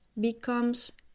becomes